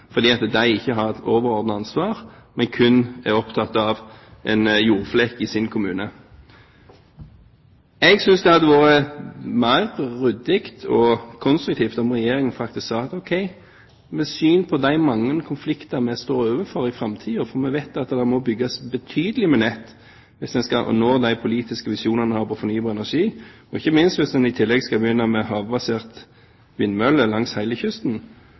fordi de ikke har et overordnet ansvar, men kun er opptatt av en jordflekk i sin kommune. Jeg synes det hadde vært mer ryddig og mer konstruktivt om Regjeringen hadde sagt: Ok, med hensyn til de mange konflikter vi vil stå overfor i framtiden – for vi vet at det må bygges betydelig med nett hvis en skal nå de politiske visjonene en har når det gjelder fornybar energi, ikke minst hvis en i tillegg vil ha havbaserte vindmøller langs hele kysten